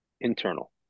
internal